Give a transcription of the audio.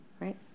right